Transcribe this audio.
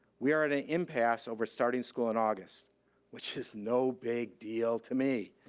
we are at an impasse over starting school in august which is no big deal to me.